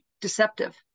deceptive